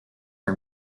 her